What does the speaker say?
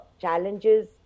challenges